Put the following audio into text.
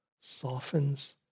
softens